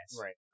Right